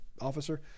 officer